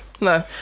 No